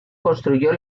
construyó